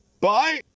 Bye